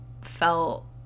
felt